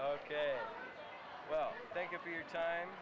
ok well thank you for your time